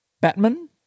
Batman